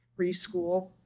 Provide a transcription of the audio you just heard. preschool